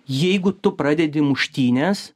jeigu tu pradedi muštynes